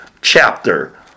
chapter